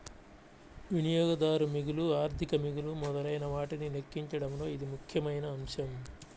వినియోగదారు మిగులు, ఆర్థిక మిగులు మొదలైనవాటిని లెక్కించడంలో ఇది ముఖ్యమైన అంశం